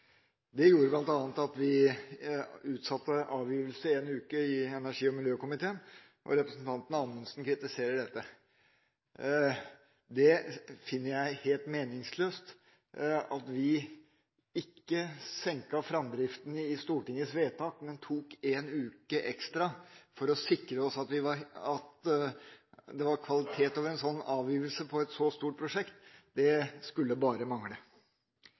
Det gjorde at energi- og miljøkomiteen utsatte avgjørelsen i en uke, og representanten Amundsen kritiserer dette. Det finner jeg helt meningsløst: At vi senket framdriften i Stortingets vedtak og tok en uke ekstra for å sikre oss at det var kvalitet over avgivelsen av et så stort prosjekt, skulle bare mangle.